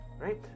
right